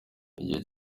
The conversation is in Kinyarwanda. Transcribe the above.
igihe